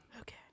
Okay